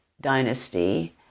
dynasty